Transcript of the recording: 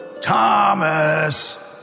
Thomas